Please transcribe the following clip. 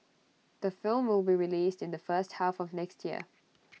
the film will be released in the first half of next year